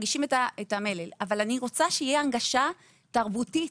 אבל אני רוצה שתהיה הנגשה תרבותית.